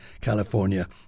California